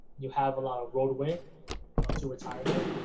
you have a lot of roadway to retirement.